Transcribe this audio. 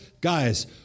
guys